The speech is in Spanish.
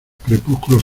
crepúsculos